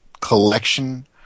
collection